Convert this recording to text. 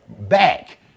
back